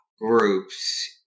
groups